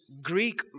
Greek